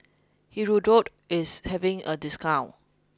hirudoid is having a discount